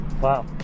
Wow